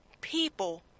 people